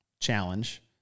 challenge